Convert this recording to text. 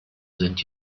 sind